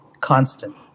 constant